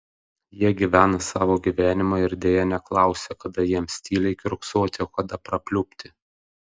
jie gyvena savo gyvenimą ir deja neklausia kada jiems tyliai kiurksoti o kada prapliupti